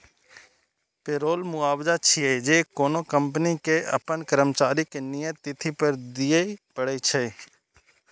payroll मुआवजा छियै, जे कोनो कंपनी कें अपन कर्मचारी कें नियत तिथि पर दियै पड़ै छै